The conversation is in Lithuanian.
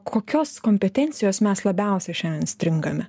kokios kompetencijos mes labiausiai šiandien stringame